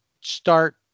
start